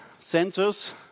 sensors